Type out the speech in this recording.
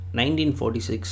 1946